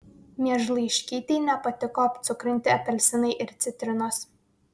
miežlaiškytei nepatiko apcukrinti apelsinai ir citrinos